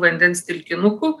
vandens telkinukų